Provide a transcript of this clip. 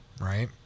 Right